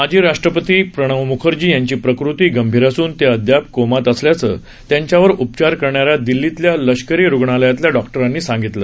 माजी राष्ट्रपती प्रणव मुखर्जी यांची प्रकृती गंभीर असून ते अद्याप कोमात असल्याचं त्यांच्यावर उपचार करणाऱ्या दिल्लीतल्या लष्करी रुग्णालयातल्या डॉक्टरांनी सांगितलं